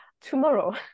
tomorrow